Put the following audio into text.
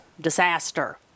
disaster